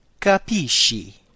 capisci